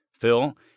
Phil